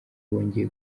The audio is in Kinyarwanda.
bongeye